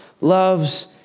loves